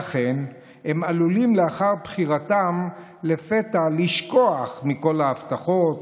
ואכן הם עלולים לאחר בחירתם לפתע לשכוח מכל ההבטחות,